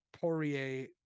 Poirier